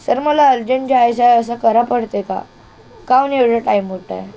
sir मला urgent जायचं आहे असं करा पडते का काऊन एवढा टाइम होत आहे